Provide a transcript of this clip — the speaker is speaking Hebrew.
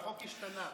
החוק השתנה.